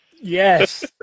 Yes